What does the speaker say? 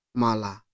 mala